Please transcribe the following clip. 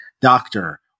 doctor